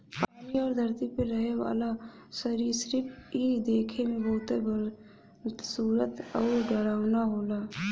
पानी आउर धरती पे रहे वाला सरीसृप इ देखे में बहुते बदसूरत आउर डरावना होला